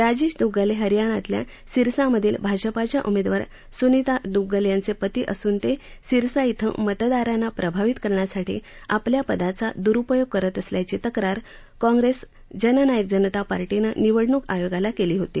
राजेश दुग्गल हे हरीयाणातल्या सिरसामधील भाजपाच्या उमेदवार सूनीना दुग्गल यांचे पती असून ते सिरसा डिं मतदारांना प्रभावित करण्यासाठी आपल्या पदाची दुरुपयोग करत असल्याची तक्रार काँग्रेस जननायक जनता पार्टीनं निवडणूक आयोगाला केली होती